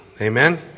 Amen